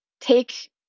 take